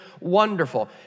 wonderful